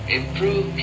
improve